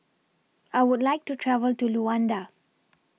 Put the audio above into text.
I Would like to travel to Luanda